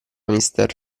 mister